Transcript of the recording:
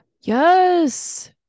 Yes